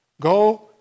Go